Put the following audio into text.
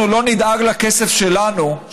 אם אנחנו לא נדאג לכסף שלנו,